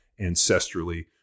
ancestrally